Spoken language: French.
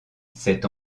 c’est